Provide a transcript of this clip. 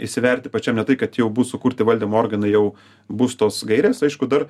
įsiverti pačiam ne tai kad jau bus sukurti valdymo organai jau bus tos gairės aišku dar